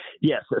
Yes